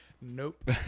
nope